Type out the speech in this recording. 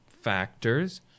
factors